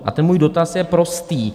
A ten můj dotaz je prostý.